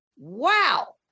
wow